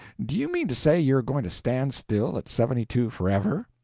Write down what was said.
do you mean to say you're going to stand still at seventy-two, forever?